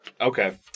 Okay